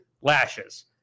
lashes